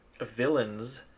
villains